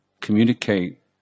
communicate